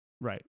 right